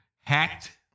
hacked